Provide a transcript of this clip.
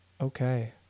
Okay